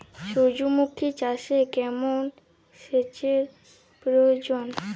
সূর্যমুখি চাষে কেমন সেচের প্রয়োজন?